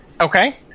Okay